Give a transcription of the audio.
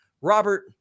Robert